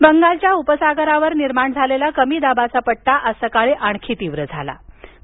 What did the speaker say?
चक्रीवादळ बंगालच्या उपसागरावर निर्माण झालेला कमी दाबाचा पट्टा आज सकाळी आणखी तीव्र झाला आहे